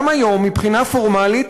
גם היום, מבחינה פורמלית,